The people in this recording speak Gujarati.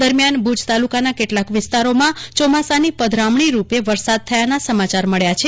દરમિયાન ભુજ તાલુકાના કેટલાક વિસ્તારોમાં ચોમાસાની પધરામણી રૂપે વરસાદ થયાના સમાચાર મળ્યા છે